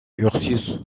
ursus